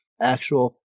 actual